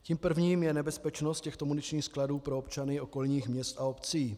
Tím prvním je nebezpečnost těchto muničních skladů pro občany okolních měst a obcí.